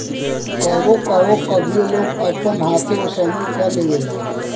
कहवो कहवो अभीओ लोग अपन हाथे ओसवनी के लेवेला